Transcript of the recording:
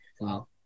Wow